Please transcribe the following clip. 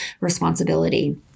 responsibility